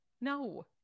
No